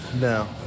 no